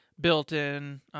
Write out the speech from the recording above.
built-in